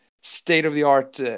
state-of-the-art